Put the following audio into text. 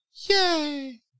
Yay